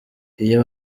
iyo